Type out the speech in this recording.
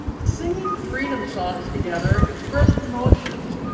singing freedom songs together expressed emotions,